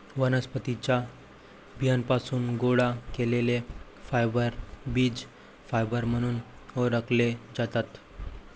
वनस्पतीं च्या बियांपासून गोळा केलेले फायबर बीज फायबर म्हणून ओळखले जातात